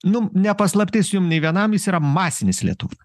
nu ne paslaptis jum nei vienam jis yra masinis lietuvių